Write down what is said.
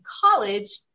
college